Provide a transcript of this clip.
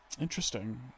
Interesting